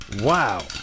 Wow